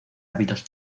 hábitos